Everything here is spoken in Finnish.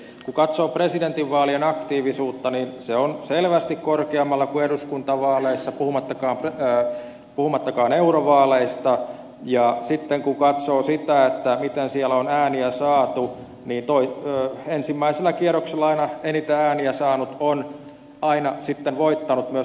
kun katsoo presidentinvaalien aktiivisuutta niin se on selvästi korkeammalla kuin eduskuntavaaleissa puhumattakaan eurovaaleista ja sitten kun katsoo sitä miten siellä on ääniä saatu niin ensimmäisellä kierroksella aina eniten ääniä saanut on aina sitten voittanut myös sen vaalin